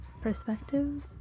perspective